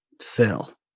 sell